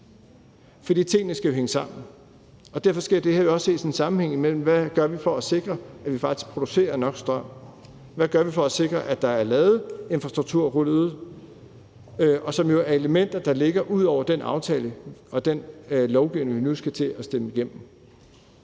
For tingene skal hænge sammen. Derfor skal det her ses i en sammenhæng mellem, hvad vi gør for at sikre, at vi faktisk producerer nok strøm, og hvad vi gør for at sikre, at der er ladeinfrastruktur rullet ud. Det er elementer, der ligger ud over den aftale og den lovgivning, vi nu skal til at stemme igennem.